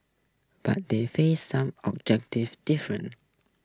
but they faced some objective different